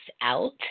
out